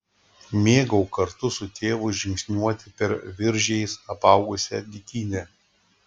mėgau kartu su tėvu žingsniuoti per viržiais apaugusią dykynę